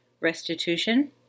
Restitution